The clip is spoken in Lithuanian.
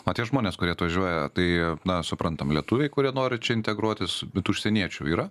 o tie žmonės kurie atvažiuoja tai na suprantam lietuviai kurie nori čia integruotis užsieniečių yra